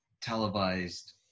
televised